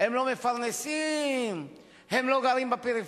שהם לא מפרנסים, שהם לא גרים בפריפריה,